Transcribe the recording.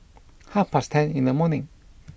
half past ten in the morning